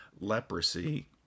leprosy